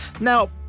Now